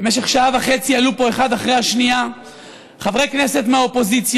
במשך שעה וחצי עלו פה אחד אחרי השנייה חברי כנסת מהאופוזיציה,